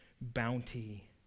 bounty